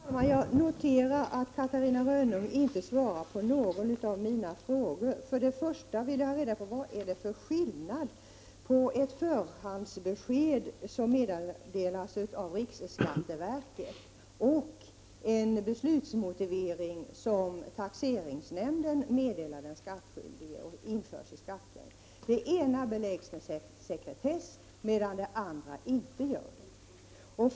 Herr talman! Jag noterar att Catarina Rönnung inte svarar på någon av mina frågor. För det första vill jag ha reda på vilken skillnad det är på ett förhandsbesked som meddelas av riksskatteverket och den beslutsmotivering som taxeringsnämnden meddelar den skattskyldige och som sedan införs i skattlängden. Den ena uppgiften beläggs med sekretess medan den andra inte sekretessbeläggs.